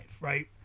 right